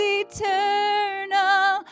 eternal